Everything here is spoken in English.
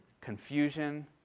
confusion